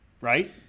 right